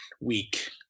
week